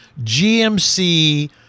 GMC